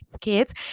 kids